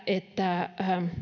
että